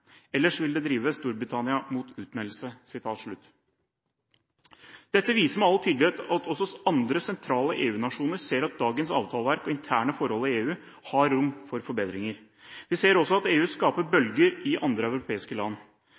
Ellers vil det drive Storbritannia mot utmeldelse. Dette viser med all tydelighet at også andre sentrale EU-nasjoner ser at dagens avtaleverk og interne forhold i EU har rom for forbedringer. Vi ser også at EU skaper bølger i andre europeiske land.